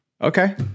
okay